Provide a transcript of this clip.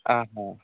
ᱚ ᱦᱚᱸ